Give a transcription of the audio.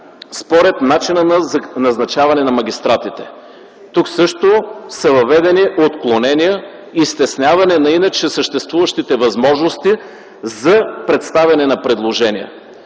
според начина на назначаване на магистратите. Тук също са въведени отклонения и стесняване на иначе съществуващите възможности за представяне на предложения.